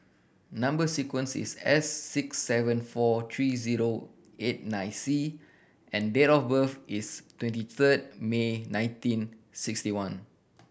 number sequence is S six seven four three zero eight nine C and date of birth is twenty third May nineteen sixty one